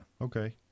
okay